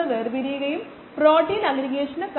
നമുക്ക് നോക്കാം ഇത് ഇവിടെ ഒരുതരം എസ്റ്റിമേറ്റ് ആയിരിക്കും